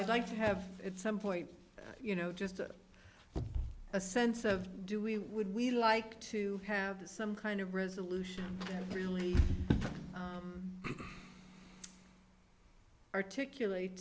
i'd like to have at some point you know just a sense of do we would we like to have some kind of resolution really articulate